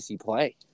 play